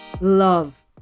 love